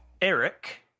Eric